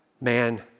Man